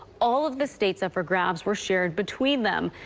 all of the states up for grabs were shared between them.